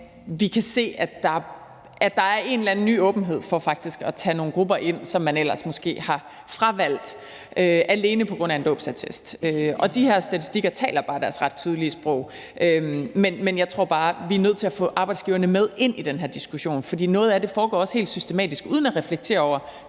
vi kan se, at der er en eller anden ny åbenhed over for faktisk at tage nogle grupper ind, som man ellers måske har fravalgt alene på grund af en dåbsattest. De her statistikker taler bare deres ret tydelige sprog. Men jeg tror bare, at vi er nødt til at få arbejdsgiverne med ind i den her diskussion, for noget af det foregår også helt systematisk, uden at der reflekteres over